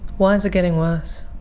why is it getting worse?